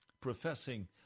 professing